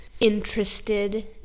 interested